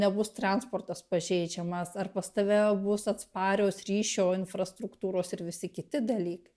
nebus transportas pažeidžiamas ar pas tave bus atsparios ryšio infrastruktūros ir visi kiti dalykai